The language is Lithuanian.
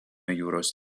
jūros